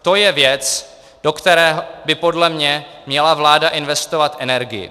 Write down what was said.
To je věc, do které by podle mě měla vláda investovat energii.